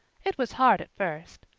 it was hard at first.